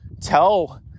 tell